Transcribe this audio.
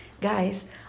guys